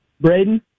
Braden